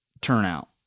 turnout